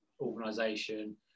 organization